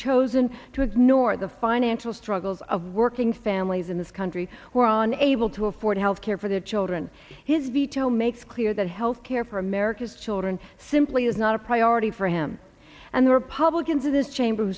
chosen to ignore the financial struggles of working families in this country who are on able to afford health care for their children his veto makes clear that health care for america's children simply is not a priority for him and the republicans in this chamber